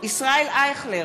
ישראל אייכלר,